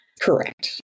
Correct